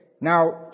Now